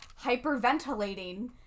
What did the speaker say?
hyperventilating